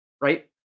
right